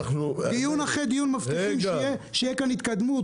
דיון אחרי דיון מבטיחים שתהיה כאן התקדמות,